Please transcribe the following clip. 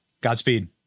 Godspeed